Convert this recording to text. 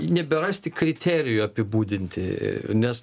neberasti kriterijų apibūdinti nes